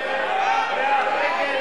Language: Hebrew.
נגד.